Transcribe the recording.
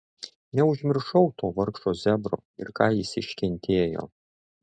neužmiršau to vargšo zebro ir ką jis iškentėjo